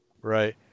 Right